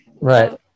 Right